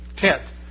Tenth